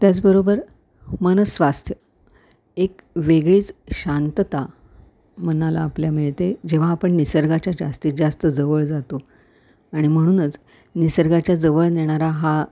त्याचबरोबर मनस्वास्थ्य एक वेगळीच शांतता मनाला आपल्या मिळते जेव्हा आपण निसर्गाच्या जास्तीत जास्त जवळ जातो आणि म्हणूनच निसर्गाच्या जवळ नेणारा हा